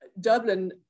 Dublin